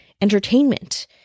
entertainment